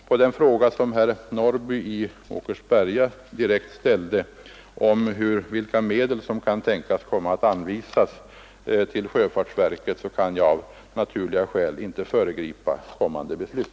På herr Norrbys i Åkersberga direkta fråga vilka medel som kan tänkas komma att anvisas till sjöfartsverket vill jag svara att jag av naturliga skäl inte kan föregripa kommande beslut.